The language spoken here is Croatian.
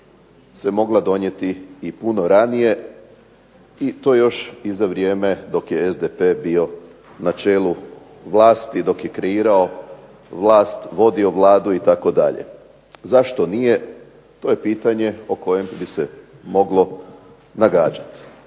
se mogla donijeti i puno ranije i to još za vrijeme dok je SDP bio na čelu vlasti, dok jer kreirao vlast, vodio Vladu itd. Zašto nije? To je pitanje o kojem bi se moglo nagađati.